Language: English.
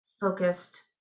focused